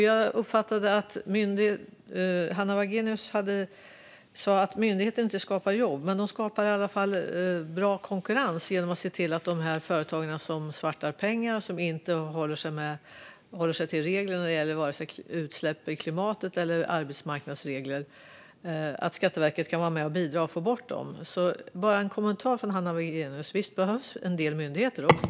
Jag uppfattade att Hanna Wagenius sa att myndigheter inte skapar jobb, men de skapar i alla fall bra konkurrens genom att bidra till att få bort företag som sysslar med svarta pengar och inte håller sig till regler när det gäller utsläpp, klimat eller arbetsmarknad. Jag vill bara ha en kommentar från Hanna Wagenius: Visst behövs en del myndigheter också?